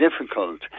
difficult